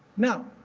now,